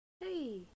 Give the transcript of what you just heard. Hey